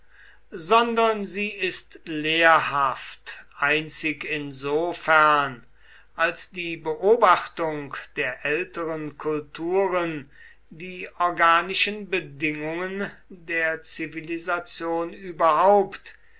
sondern sie ist lehrhaft einzig insofern als die beobachtung der älteren kulturen die organischen bedingungen der zivilisation überhaupt